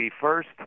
first